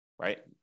right